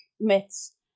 myths